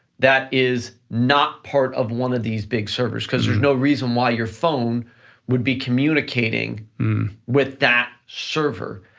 that is not part of one of these big servers, cause there's no reason why your phone would be communicating with that server.